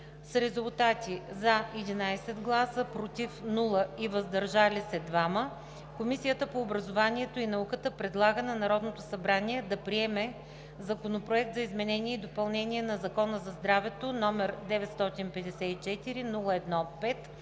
„против“ и 2 гласа „въздържал се“ Комисията по образованието и науката предлага на Народното събрание да приеме Законопроект за изменение и допълнение на Закона за здравето, № 954-01-5,